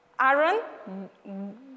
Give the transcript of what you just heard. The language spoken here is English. Aaron